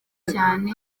cyane